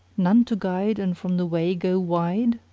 none to guide and from the way go wide?